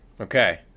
Okay